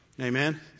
Amen